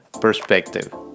perspective